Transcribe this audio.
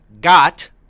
got